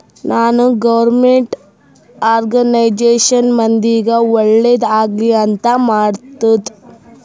ನಾನ್ government organisation ಮಂದಿಗ್ ಒಳ್ಳೇದ್ ಆಗ್ಲಿ ಅಂತ್ ಮಾಡ್ತುದ್